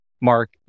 Mark